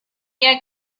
yet